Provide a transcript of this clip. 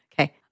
Okay